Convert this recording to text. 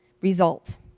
result